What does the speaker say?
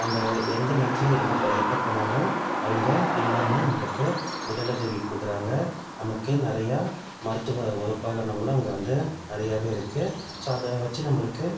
நம்ம எந்த நேரத்தில் எங்கே எப்போ போனாலும் அவங்க இல்லாமல் நம்மளுக்கு முதலுதவி கொடுக்குறாங்க நமக்கு நிறையா மருத்துவ உபகரணங்களும் அங்கே வந்து நிறையாவே இருக்குது ஸோ அதை வச்சு நம்மளுக்கு